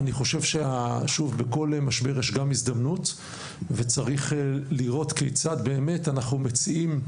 אני חושב שבכל משבר יש גם הזדמנות וצריך לראות כיצד באמת אנחנו מציעים,